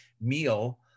meal